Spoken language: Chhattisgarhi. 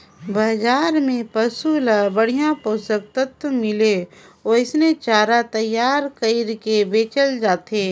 बजार में पसु ल बड़िहा पोषक तत्व मिले ओइसने चारा तईयार कइर के बेचल जाथे